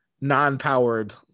non-powered